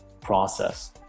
process